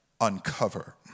Uncover